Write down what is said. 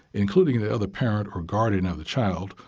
including the other parent or guardian of the child,